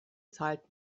zahlt